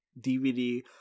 DVD